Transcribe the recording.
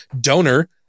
donor